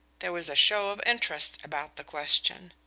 there was a show of interest about the question.